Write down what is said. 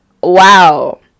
wow